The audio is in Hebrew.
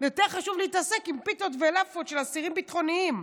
יותר חשוב להתעסק עם פיתות ולאפות של אסירים ביטחוניים.